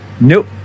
nope